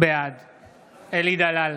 בעד אלי דלל,